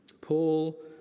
Paul